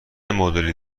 مدلی